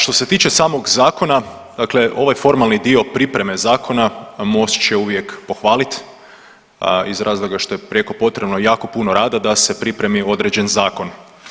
Što se tiče samog zakona, dakle ovaj formalni dio pripreme zakona MOST će uvijek pohvaliti iz razloga što je prijeko potrebno jako puno rada da se pripremi određen zakon.